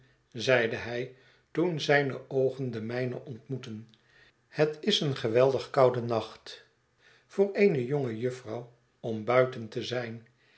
zeide hij toen zijne oogen de mijne ontmoetten het is een geweldig koude nacht voor eene jonge jufvrouw om buiten te zijn